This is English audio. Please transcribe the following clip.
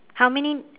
how many